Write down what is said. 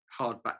Hardback